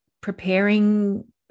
preparing